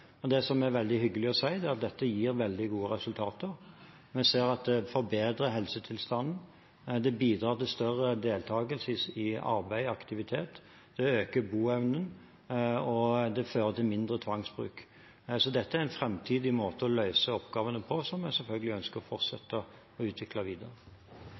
behovene. Det som er veldig hyggelig å si, er at dette gir veldig gode resultater. Vi ser at det forbedrer helsetilstanden, det bidrar til større deltakelse i arbeid og aktivitet, det øker boevnen, og det fører til mindre tvangsbruk. Dette er en framtidig måte å løse oppgavene på som vi selvfølgelig ønsker å fortsette å utvikle videre.